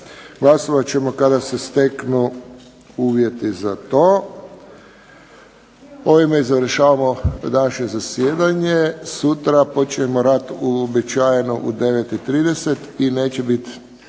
Glasovat ćemo kada se steknu uvjeti za to. Ovime završavamo današnje zasjedanje. Sutra počinjemo rad uobičajeno u 9,30 i neće biti